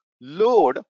load